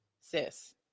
Sis